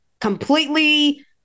completely